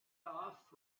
off